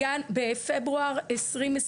בפברואר 2021,